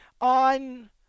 on